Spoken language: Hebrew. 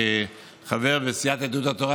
כחבר בסיעת יהדות התורה,